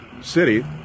City